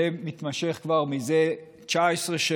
זה מתמשך כבר 19 שנים